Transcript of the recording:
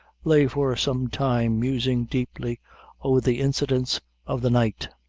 lay for some time, musing deeply over the incidents of the night.